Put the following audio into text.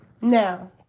Now